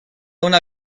una